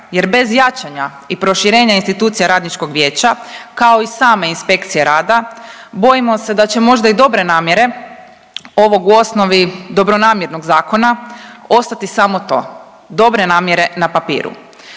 jer bez jačanja i proširenja institucija radničkog vijeća, kao i same inspekcije rada, bojimo se da će možda i dobre namjere, ovog, u osnovi dobronamjernog zakona ostati samo to, dobre namjere na papiru.